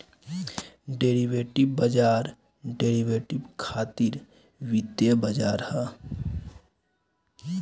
derivative बाजार derivative खातिर वित्तीय बाजार ह